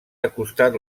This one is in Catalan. acostat